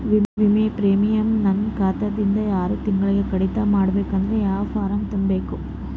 ವಿಮಾ ಪ್ರೀಮಿಯಂ ನನ್ನ ಖಾತಾ ದಿಂದ ಆರು ತಿಂಗಳಗೆ ಕಡಿತ ಮಾಡಬೇಕಾದರೆ ಯಾವ ಫಾರಂ ತುಂಬಬೇಕು?